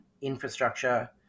infrastructure